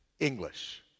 English